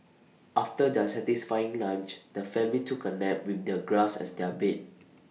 after their satisfying lunch the family took A nap with their grass as their bed